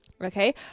Okay